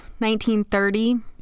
1930